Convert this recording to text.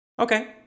Okay